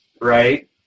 right